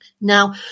Now